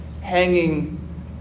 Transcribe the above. hanging